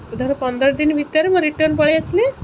ଧର ପନ୍ଦର ଦିନ ଭିତରେ ମୁଁ ରିଟର୍ଣ୍ଣ ପଳାଇ ଆସିଲେ